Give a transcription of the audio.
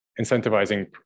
incentivizing